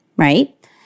Right